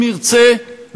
אם ירצה,